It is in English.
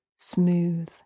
Smooth